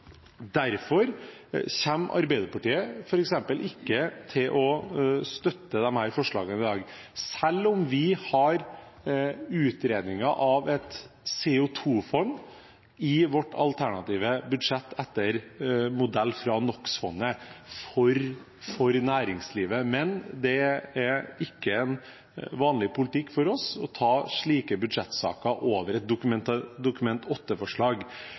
Derfor kommer Arbeiderpartiet ikke til å støtte disse forslagene i dag, selv om vi har utredninger av et CO 2 -fond i vårt alternative budsjett etter modell fra NO x -fondet for næringslivet. Men det er ikke vanlig politikk for oss å ta slike budsjettsaker i et Dokument